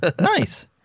Nice